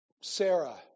Sarah